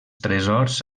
tresors